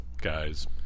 Guys